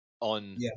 on